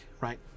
right